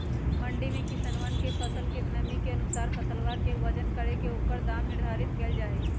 मंडी में किसनवन के फसल के नमी के अनुसार फसलवा के वजन करके ओकर दाम निर्धारित कइल जाहई